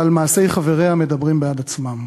אבל מעשי חבריה מדברים בעד עצמם.